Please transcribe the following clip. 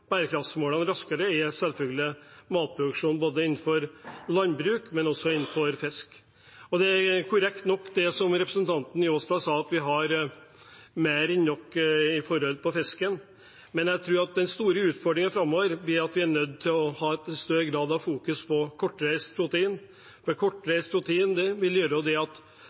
bærekraftsmålene raskere, selvfølgelig er matproduksjon, både innenfor landbruk og innenfor fiske. Det er korrekt nok som representanten Njåstad sa, at vi har mer enn nok av fisk, men jeg tror at den store utfordringen framover blir at vi er nødt til i større grad å fokusere på kortreist protein. Kortreist protein vil gjøre at det